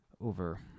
over